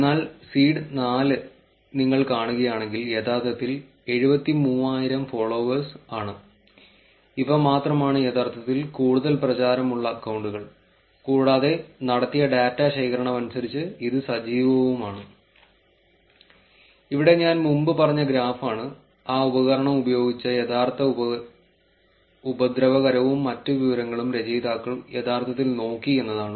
എന്നാൽ സീഡ് 4 നിങ്ങൾ കാണുകയാണെങ്കിൽ യഥാർത്ഥത്തിൽ 73000 ഫോളോവേഴ്സ് ആണ് ഇവ മാത്രമാണ് യഥാർത്ഥത്തിൽ കൂടുതൽ പ്രചാരമുള്ള അക്കൌണ്ടുകൾ കൂടാതെ ഇവിടെ ഞാൻ മുമ്പ് പറഞ്ഞ ഗ്രാഫ് ആണ് ആ ഉപകരണം ഉപയോഗിച്ച യഥാർത്ഥ ഉപദ്രവകരവും മറ്റ് വിവരങ്ങളും രചയിതാക്കൾ യഥാർത്ഥത്തിൽ നോക്കി എന്നതാണ്